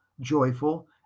joyful